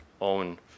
own